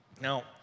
now